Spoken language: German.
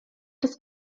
des